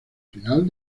final